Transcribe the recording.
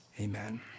Amen